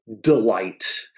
delight